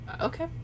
okay